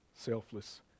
selfless